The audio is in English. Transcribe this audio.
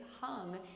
hung